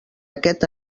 aquest